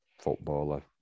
footballer